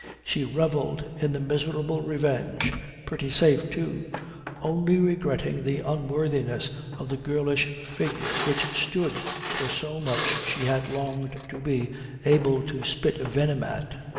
she revelled in the miserable revenge pretty safe too only regretting the unworthiness of the girlish figure which stood for so much she had longed to be able to spit venom at,